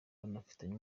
banafitanye